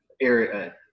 area